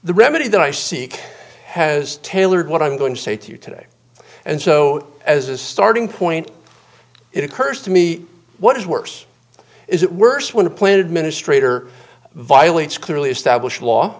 the remedy that i seek has tailored what i'm going to say to you today and so as a starting point it occurs to me what is worse is it worse when a plan administrator violates clearly established law